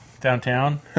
downtown